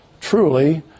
truly